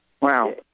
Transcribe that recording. Wow